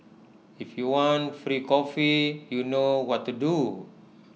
if you want free coffee you know what to do